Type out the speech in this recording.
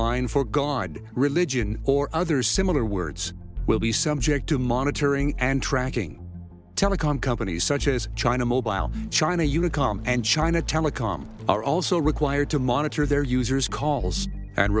line for god religion or other similar words will be subject to monitoring and tracking telecom companies such as china mobile china unicom and china telecom are also required to monitor their users calls and